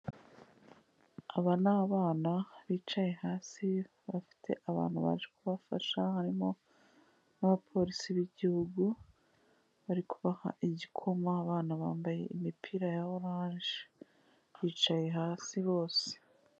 Aba ni abana bicaye hasi, bafite abantu baje kubafasha, harimo n'abapolisi b'igihugu, bari kubaha igikoma, abana bambaye imipira ya oranje. Bicaye hasi bose.